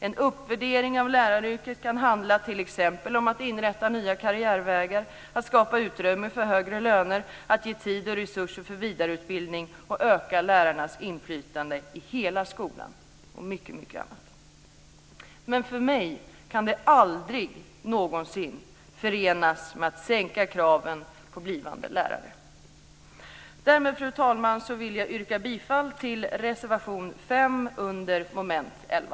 En uppvärdering av läraryrket kan t.ex. handla om att inrätta nya karriärvägar, att skapa utrymme för högre löner, att ge tid och resurser för vidareutbildning, att öka lärarnas inflytande i hela skolan och mycket annat. Men för mig kan det aldrig någonsin förenas med att sänka kraven på blivande lärare. Fru talman! Därmed vill jag yrka bifall till reservation 5 under mom. 11.